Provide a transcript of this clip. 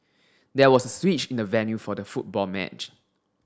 there was a switch in the venue for the football match